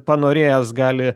panorėjęs gali